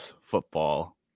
football